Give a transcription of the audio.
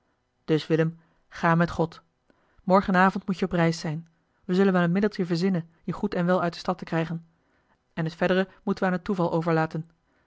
dus willem ga met god morgen avond moet je op reis zijn we zullen wel een middeltje verzinnen je goed en wel uit de stad te krijgen en het verdere moeten wij aan het toeval overlaten